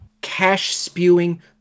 cash-spewing